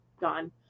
gone